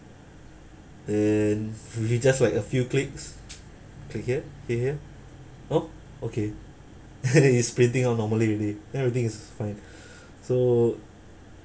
then really just by a few clicks click here click here oh okay it's printing out normally already everything is fine so